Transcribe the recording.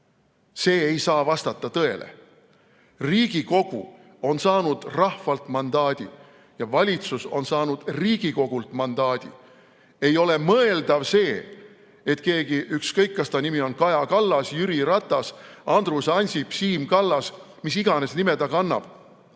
See ei saa vastata tõele. Riigikogu on saanud rahvalt mandaadi ja valitsus on saanud Riigikogult mandaadi. Ei ole mõeldav, et keegi, ükskõik, kas ta nimi on Kaja Kallas, Jüri Ratas, Andrus Ansip, Siim Kallas või mis iganes nime ta kannab,